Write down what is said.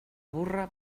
burra